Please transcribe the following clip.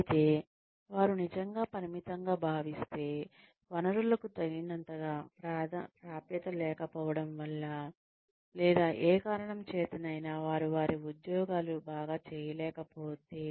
అయితే వారు నిజంగా పరిమితంగా భావిస్తే వనరులకు తగినంతగా ప్రాప్యత లేకపోవడం వల్ల లేదా ఏ కారణం చేతనైనా వారు వారి ఉద్యోగాలు బాగా చేయలేకపోతే